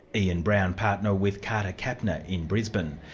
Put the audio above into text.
ian brown, partner with carter capner in brisbane.